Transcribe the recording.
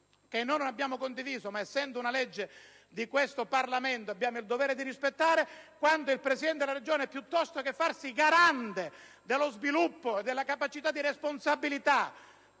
che non abbiamo condiviso ma che, essendo una legge di questo Parlamento, abbiamo il dovere di rispettare, quando il Presidente della Regione, piuttosto che farsi garante dello sviluppo e della responsabilità